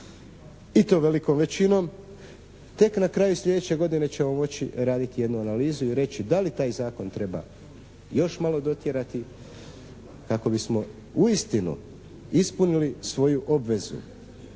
i to velikom većinom tek na kraju sljedeće godine ćemo moći raditi jednu analizu i reći da li taj Zakon treba još malo dotjerati kako bismo uistinu ispunili svoju obvezu,